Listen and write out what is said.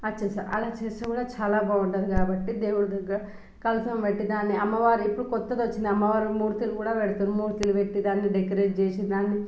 అర్చన చేస్తారు అలా చేస్తే కూడా చాలా బాగుంటుంది కాబట్టి దేవుడి దగ్గర కలశం పెట్టి దాన్ని అమ్మవారి ఇప్పుడు కొత్తగా వచ్చింది అమ్మవారి మూర్తులు కూడా పెడుతుర్రు మూర్తులు పెట్టి దాన్ని డెకరేట్ చేసి దాన్ని